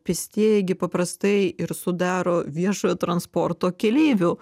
pėstieji gi paprastai ir sudaro viešojo transporto keleivių